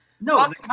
No